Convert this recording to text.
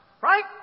Right